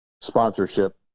sponsorship